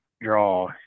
draw